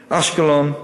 אשקלון,